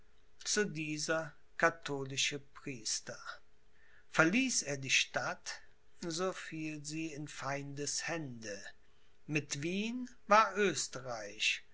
zu dieser katholische priester verließ er die stadt so fiel sie in feindes hände mit wien war